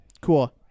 cool